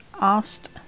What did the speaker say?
asked